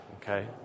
okay